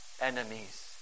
enemies